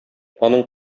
аның